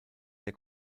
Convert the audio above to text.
der